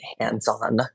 hands-on